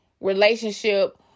relationship